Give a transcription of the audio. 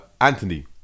Anthony